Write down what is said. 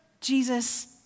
Jesus